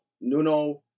Nuno